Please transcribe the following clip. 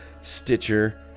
stitcher